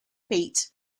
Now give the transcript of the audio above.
pete